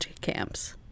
camps